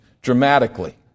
dramatically